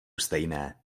stejné